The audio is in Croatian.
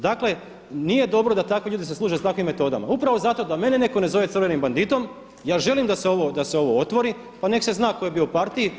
Dakle, nije dobro da takvi ljudi se služe sa takvim metodama upravo zato da mene netko ne zove crvenim banditom ja želim da se ovo otvori, pa nek' se zna tko je bio u partiji.